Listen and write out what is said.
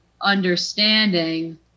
understanding